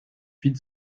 huit